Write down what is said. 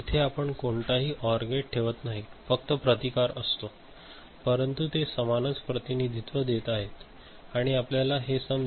येथे आपण कोणताही ओर गेट ठेवत नाही फक्त प्रतिकार असतो परंतु ते समानच प्रतिनिधित्व देत आहे आणि आपल्याला हे समजेल